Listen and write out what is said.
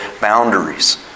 boundaries